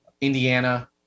Indiana